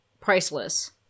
priceless